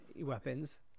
weapons